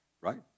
Right